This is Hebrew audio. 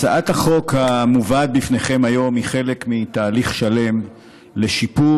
הצעת החוק המובאת בפניכם היום היא חלק מתהליך שלם לשיפור